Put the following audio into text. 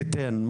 ייתן.